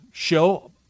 show